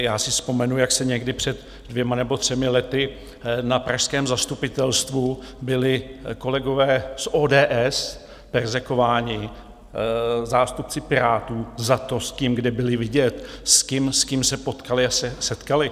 Já si vzpomenu, jak někdy před dvěma nebo třemi lety na pražském zastupitelstvu byli kolegové z ODS perzekvováni zástupci Pirátů za to, s kým kde byli vidět, s kým se potkali a setkali.